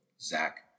Zach